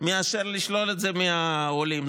מאשר לשלול את זה מהעולים.